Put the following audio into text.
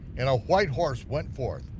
and a white horse went forth,